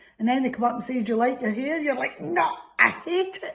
and and they come up and say do you like your hair you're like no, i hate it.